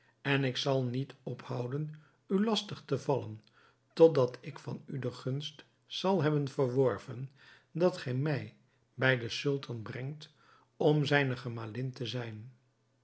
en ik zal niet ophouden u lastig te vallen tot dat ik van u de gunst zal hebben verworven dat gij mij bij den sultan brengt om zijne gemalin te zijn